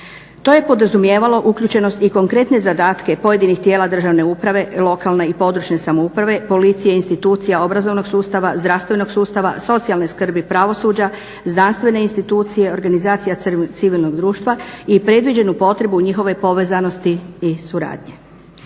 To je podrazumijevalo uključenost i konkretne zadatke pojedinih tijela državne uprave, lokalne i područne samouprave, policije, institucija obrazovnog sustava, zdravstvenog sustava, socijalne skrbi, pravosuđa, znanstvene institucije, organizacija civilnog društva i predviđenu potrebu njihove povezanosti i suradnje.